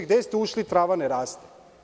Gde ste ušli trava ne raste.